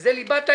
שזה ליבת העניין.